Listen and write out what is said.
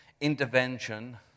intervention